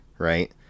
Right